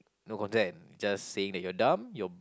no content just saying that you're dumb you're